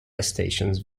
stations